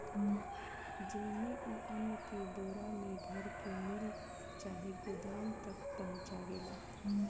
जेइमे, उ अन्न के बोरा मे भर के मिल चाहे गोदाम तक पहुचावेला